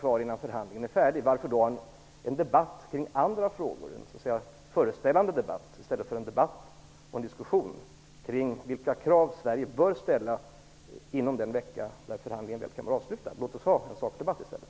Varför föra en debatt om andra frågor, en ställföreträdande debatt, i stället för en debatt om vilka krav Sverige bör ställa innan förhandlingarna är avslutade, kanske om en vecka? Låt oss föra en sakdebatt i stället!